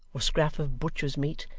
or scrap of butcher's meat,